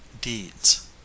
deeds